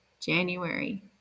January